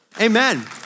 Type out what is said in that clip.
amen